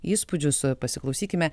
įspūdžius pasiklausykime